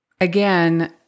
Again